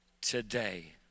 today